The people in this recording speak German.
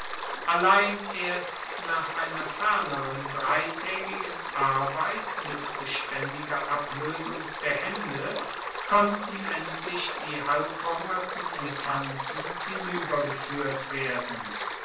allein erst nach einer ferneren dreitaegigen arbeit mit bestaendiger abloesung der haende konnten endlich die halbverhungerten elefanten hinuebergefuehrt werden